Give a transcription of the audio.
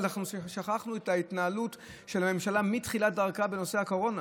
שכחנו את ההתנהלות של הממשלה מתחילת דרכה בנושא הקורונה: